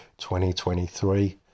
2023